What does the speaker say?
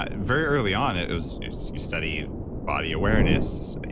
ah very early on it, it was you study body awareness,